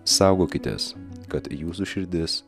saugokitės kad jūsų širdis